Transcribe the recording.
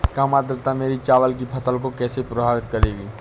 कम आर्द्रता मेरी चावल की फसल को कैसे प्रभावित करेगी?